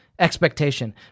expectation